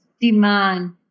demand